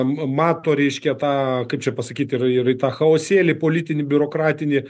m mato reiškia tą kaip čia pasakyt ir ir tą chaosėlį politinį biurokratinį